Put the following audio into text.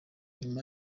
nyuma